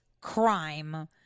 crime